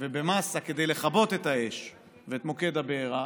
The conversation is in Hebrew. ובמסה כדי לכבות את האש ואת מוקד הבערה,